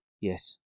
Yes